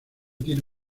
tiene